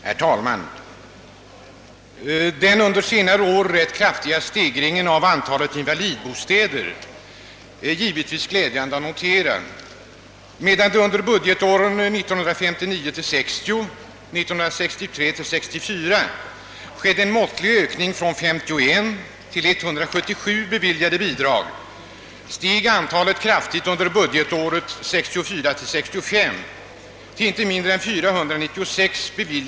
Herr talman! Det är givetvis glädjande att motera att antalet invalidbostäder under senare år ökat ganska kraftigt. Medan antalet beviljade statliga bidrag till invalidbostäder under budgetåren 1959 64 visat en måttlig ökning — från 51 till 177 — steg antalet kraftigt under budgetåret 1964/65 till inte mindre än 496.